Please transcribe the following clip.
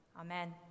Amen